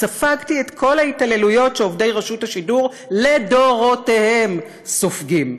ספגתי את כל ההתעללויות שעובדי רשות השידור לדורותיהם סופגים".